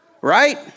Right